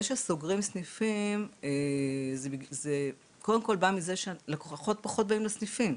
זה שסוגרים סניפים זה קודם כל בא מזה שלקוחות פחות באים לסניפים,